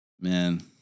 Man